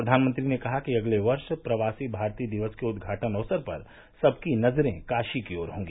प्रधानमंत्री ने कहा कि अगले वर्ष प्रवासी भारतीय दिवस के उद्घाटन अवसर पर सबकी नजरे काशी की ओर होगी